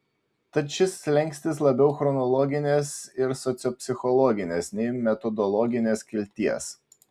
tad šis slenkstis labiau chronologinės ir sociopsichologinės nei metodologinės kilties